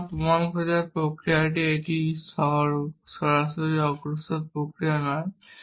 সুতরাং প্রমাণ খোঁজার প্রক্রিয়াটি একটি সরাসরি অগ্রসর প্রক্রিয়া নয়